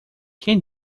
quem